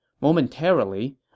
Momentarily